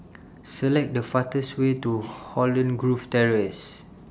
Select The fastest Way to Holland Grove Terrace